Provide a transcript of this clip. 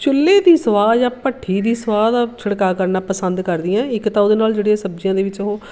ਚੁੱਲ੍ਹੇ ਦੀ ਸਵਾਹ ਜਾਂ ਭੱਠੀ ਦੀ ਸਵਾਹ ਦਾ ਛਿੜਕਾਅ ਕਰਨਾ ਪਸੰਦ ਕਰਦੀ ਹਾਂ ਇੱਕ ਤਾਂ ਉਹਦੇ ਨਾਲ਼ ਜਿਹੜੀਆਂ ਸਬਜ਼ੀਆਂ ਦੇ ਵਿੱਚ ਉਹ